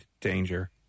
danger